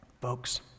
Folks